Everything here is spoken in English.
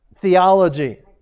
theology